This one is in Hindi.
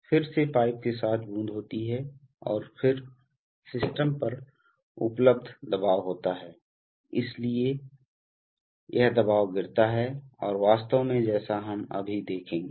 फिर से पाइप के साथ बूंद होती है और फिर सिस्टम पर उपलब्ध दबाव होता है इसलिए यह दबाव गिरता है और वास्तव में जैसा हम अभी देखेंगे